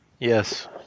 Yes